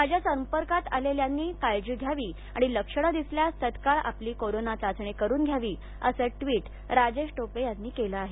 माझ्या संपर्कात आलेल्यांनी काळजी घ्यावी आणि लक्षणे दिसल्यास तत्काळ आपली करोना चाचणी करून घ्यावी असं ट्वीट राजेश टोपे यांनी केलं आहे